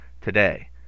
today